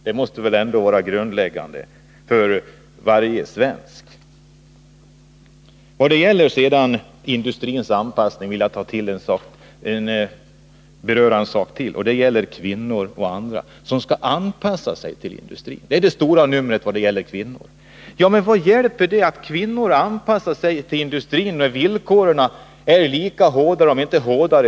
Det måste väl ändå vara grundläggande för varje svensk. När det sedan gäller industrins anpassning vill jag beröra ytterligare en sak, och det gäller kvinnor och andra grupper. De skall tydligen anpassa sig till industrin. Det är det stora numret i vad det gäller kvinnor. Men vad hjälper det att kvinnor anpassar sig till industrin, när villkoren där i dag fortfarande är lika hårda, om inte hårdare.